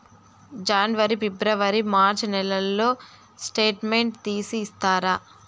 జనవరి, ఫిబ్రవరి, మార్చ్ నెలల స్టేట్మెంట్ తీసి ఇస్తారా?